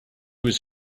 was